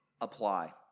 apply